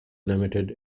limited